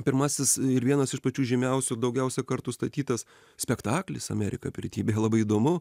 pirmasis ir vienas iš pačių žymiausių daugiausia kartų statytas spektaklis amerika pirtyj beje labai įdomu